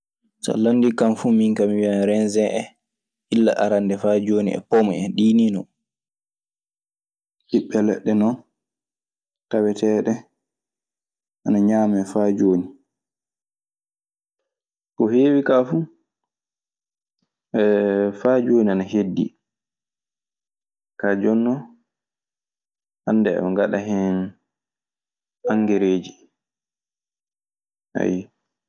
So a landike kan fuu min ka mi wiyan reeseŋ en illa arannde faa jooni, pom en, ɗii nii non. Ɓiɓɓe leɗɗe non taweteeɗe ana ñaamee faa jooni. Ko heewi kaa fu faa jooni ana heddii. Kaa jooni non hannde eɓe ngaɗa hen angereeji, ayyo.